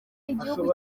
igihugu